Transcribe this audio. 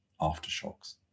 aftershocks